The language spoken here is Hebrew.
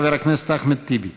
חבר הכנסת אחמד טיבי.